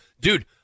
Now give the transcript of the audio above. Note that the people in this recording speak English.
Dude